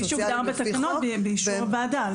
מי שהוגדר בתקנות באישור הוועדה.